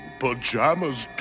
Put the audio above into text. pajamas